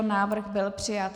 Návrh byl přijat.